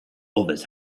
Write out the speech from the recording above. others